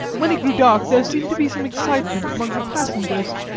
when it grew dark there seemed to be some excitement amongst the passengers,